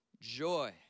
joy